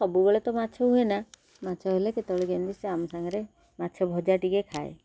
ସବୁବେଳେ ତ ମାଛ ହୁଏ ନା ମାଛ ହେଲେ କେତେବେଳେ କେମିତି ସେ ଆମ ସାଙ୍ଗରେ ମାଛ ଭଜା ଟିକେ ଖାଏ